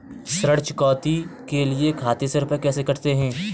ऋण चुकौती के लिए खाते से रुपये कैसे कटते हैं?